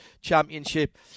Championship